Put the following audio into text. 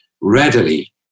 readily